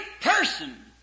person